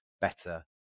better